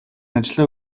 ажлаа